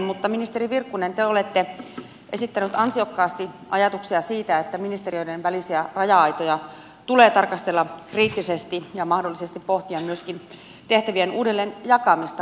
mutta ministeri virkkunen te olette esittänyt ansiokkaasti ajatuksia siitä että ministeriöiden välisiä raja aitoja tulee tarkastella kriittisesti ja mahdollisesti pohtia myöskin tehtävien uudelleenjakamista